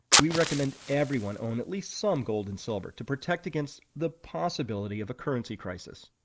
we recommend everyone own at least some gold and silver to protect against the probability of a currency crisis.